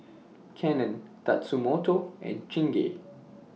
Canon Tatsumoto and Chingay